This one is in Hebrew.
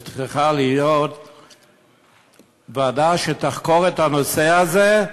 צריכה להיות ועדה שתחקור את הנושא הזה,